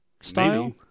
style